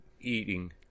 eating